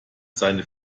seine